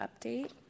update